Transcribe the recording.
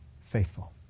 faithful